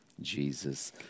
Jesus